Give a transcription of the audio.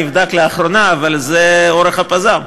זה נבדק לאחרונה, אבל זה אורך הפז"ם.